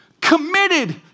committed